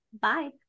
Bye